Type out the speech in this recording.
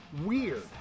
weird